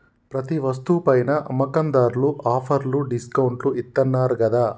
ప్రతి వస్తువు పైనా అమ్మకందార్లు ఆఫర్లు డిస్కౌంట్లు ఇత్తన్నారు గదా